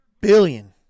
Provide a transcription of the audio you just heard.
billion